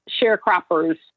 sharecroppers